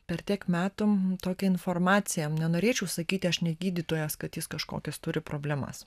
per tiek metų tokią informaciją nenorėčiau sakyti aš ne gydytojas kad jis kažkokias turi problemas